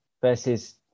versus